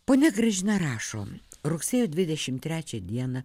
ponia gražina rašo rugsėjo dvidešimt trečią dieną